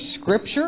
Scripture